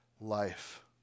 life